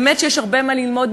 באמת שיש הרבה מה ללמוד,